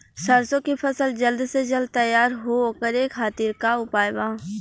सरसो के फसल जल्द से जल्द तैयार हो ओकरे खातीर का उपाय बा?